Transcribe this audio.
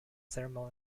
thermal